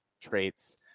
traits